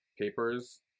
papers